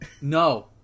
No